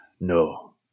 no